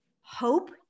hope